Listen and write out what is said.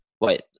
wait